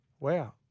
Wow